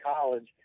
college